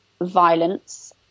violence